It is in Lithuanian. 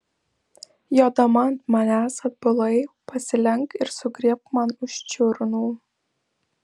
jodama ant manęs atbulai pasilenk ir sugriebk man už čiurnų